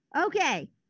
Okay